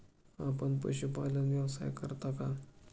आपण पशुपालन व्यवसाय करता का?